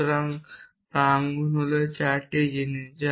সুতরাং প্রাঙ্গন হল 4টি জিনিস